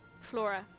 Flora